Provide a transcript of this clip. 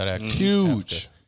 Huge